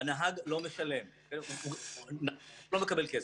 הנהג לא מקבל כסף.